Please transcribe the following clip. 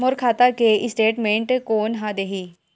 मोर खाता के स्टेटमेंट कोन ह देही?